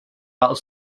battle